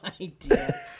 idea